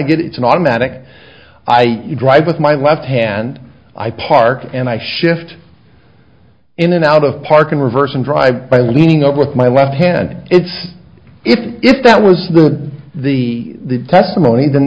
it it's an automatic i drive with my left hand i park and i shift in and out of park in reverse and drive by leaning up with my left hand it's if if that was the the testimony then